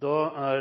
La